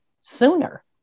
sooner